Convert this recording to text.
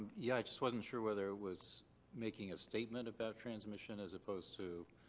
yeah, i just wasn't sure whether it was making a statement about transmission as opposed to,